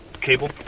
Cable